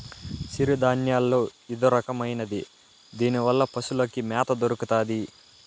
సిరుధాన్యాల్లో ఇదొరకమైనది దీనివల్ల పశులకి మ్యాత దొరుకుతాది